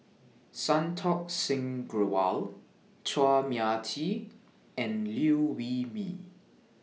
Santokh Singh Grewal Chua Mia Tee and Liew Wee Mee